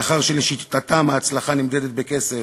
מאחר שלשיטתם ההצלחה נמדדת בכסף,